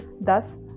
thus